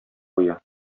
куя